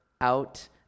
out